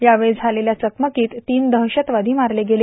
यावेळी झालेल्या चकमकीत तीन दहशतवादी मारले गेले